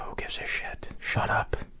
um gives a shit, shut up!